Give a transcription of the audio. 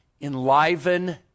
enliven